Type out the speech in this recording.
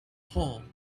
hole